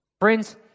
Friends